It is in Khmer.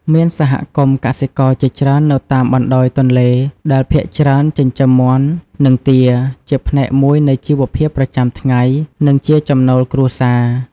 មានសហគមន៍កសិករជាច្រើននៅតាមបណ្ដោយទន្លេ ដែលភាគច្រើនចិញ្ចឹមមាន់ និងទាជាផ្នែកមួយនៃជីវភាពប្រចាំថ្ងៃ និងជាចំណូលគ្រួសារ។